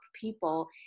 people